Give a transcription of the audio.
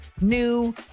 new